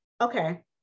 Okay